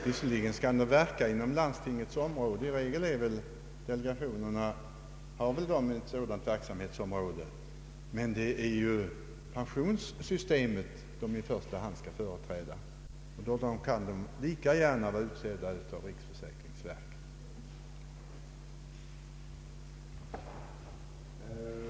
Visserligen skall de verka inom landstingens område och i regel har delegationerna ett sådant verksamhetsområde, men de skall i första hand företräda pensionssystemet och de kan lika gärna vara utsedda av riksförsäkringsverket som av landstingen.